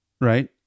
right